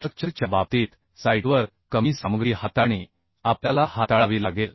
structure च्या बाबतीत साइटवर कमी सामग्री हाताळणी आपल्याला हाताळावी लागेल